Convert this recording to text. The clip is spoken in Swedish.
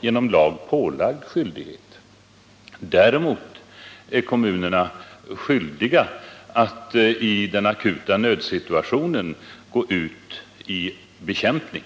genom lag ålagd skyldighet. Däremot är kommunerna skyldiga att i den akuta nödsituationen gå ut i bekämpning.